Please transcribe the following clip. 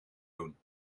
doen